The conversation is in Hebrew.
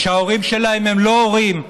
שההורים שלהם הם לא הורים חד-מיניים,